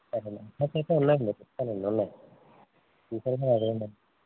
అలాగే ఫస్ట్ అయితే ఉన్నాయండి ఉన్నాయి ఇంకా ఏమన్న అడగండి